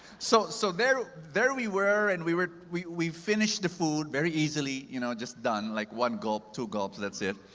so, so there there we were, and we were we we finished the food very easily. you know, just done. like one gulp, two gulps, that's it.